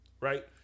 Right